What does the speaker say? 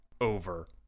over